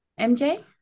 MJ